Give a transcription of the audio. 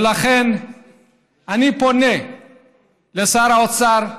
ולכן אני פונה לשר האוצר,